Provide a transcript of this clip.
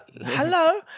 Hello